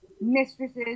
mistresses